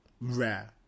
Rare